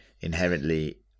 inherently